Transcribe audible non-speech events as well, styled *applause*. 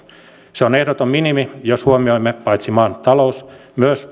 se on ehdoton minimi jos huomioimme paitsi maan talous myös *unintelligible*